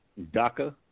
DACA